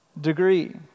degree